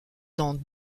dans